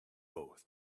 both